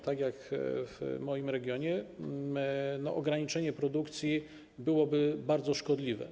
Także w moim regionie ograniczenie produkcji byłoby bardzo szkodliwe.